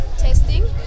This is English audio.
Testing